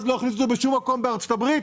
לא הכניסו את זה בשום מקום בארצות הברית,